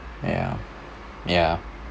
ya ya